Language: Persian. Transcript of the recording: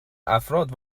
افراد